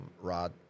rod